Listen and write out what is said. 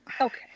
Okay